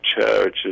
churches